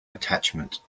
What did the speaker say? attachment